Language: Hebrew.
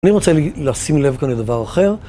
אני רוצה לשים לב כאן לדבר אחר.